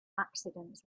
accidents